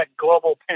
global